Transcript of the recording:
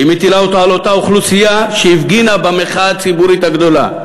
היא מטילה אותו על אותה אוכלוסייה שהפגינה במחאה הציבורית הגדולה.